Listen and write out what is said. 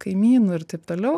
kaimynų ir taip toliau